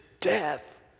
death